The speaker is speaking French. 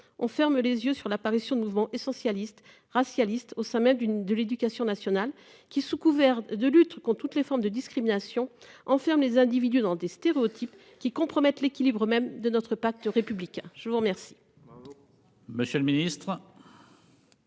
on ferme les yeux sur l'apparition de nouveaux essentialiste racialiste au sommet d'une de l'éducation nationale qui, sous couvert de lutte quand toutes les formes de discrimination enferme les individus dans des stéréotypes qui compromettent l'équilibre même de notre pacte républicain, je vous remercie.